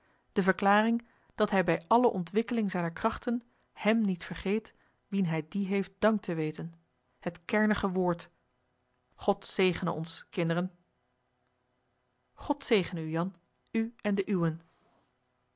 de verklaring dat hij bij alle ontwikkeling zijner krachten hem niet vergeet wien hij die heeft dank te weten het kernige woord god zegene ons kinderen god zegene u jan u en de uwen